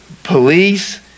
police